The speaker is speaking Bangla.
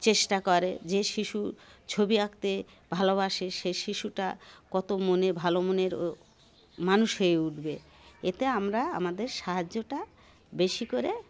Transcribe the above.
চেষ্টা করে যে শিশু ছবি আঁকতে ভালোবাসে সে শিশুটা কত মনে ভালো মনের মানুষ হয়ে উঠবে এতে আমরা আমাদের সাহায্যটা বেশি করে